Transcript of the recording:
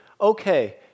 okay